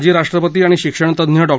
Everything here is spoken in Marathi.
माजी राष्ट्रपती आणि शिक्षणतज्ञ डॉ